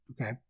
Okay